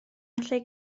allai